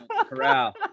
Corral